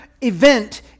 event